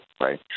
right